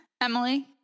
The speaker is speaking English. Emily